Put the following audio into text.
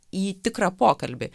į tikrą pokalbį